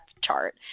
chart